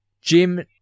Jim